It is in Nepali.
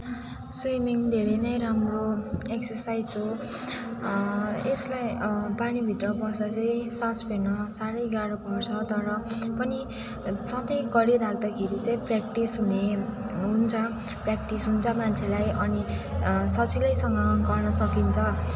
स्विमिङ धेरै नै राम्रो एक्सरसाइस हो यसलाई पानीभित्र बस्दा चाहिँ सास फेर्न साह्रै गाह्रो पर्छ तर पनि सधैँ गरिरहँदाखेरि चाहिँ प्र्याक्टिस हुने हुन्छ प्र्याक्टिस हुन्छ मान्छेलाई अनि सजिलैसँग गर्न सकिन्छ